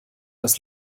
das